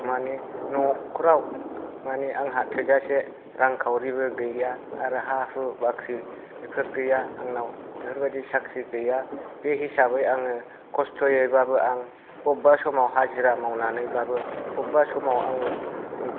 माने नखराव माने आंहा थोजासे रांखावरिबो गैया आरो हा हु बाख्रि बेफोर गैया आंनाव बेफोरबायदि साख्रि गैया बे हिसाबै आङो कस्त'यैबाबो आं बब्बा समाव हाजिरा मावनानैबाबो बब्बा समाव आङो